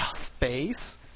Space